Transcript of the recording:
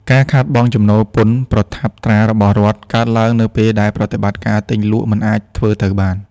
ការខាតបង់ចំណូលពន្ធប្រថាប់ត្រារបស់រដ្ឋ កើតឡើងនៅពេលដែលប្រតិបត្តិការទិញលក់មិនអាចធ្វើទៅបាន។